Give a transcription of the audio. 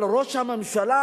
אבל ראש הממשלה,